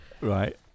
Right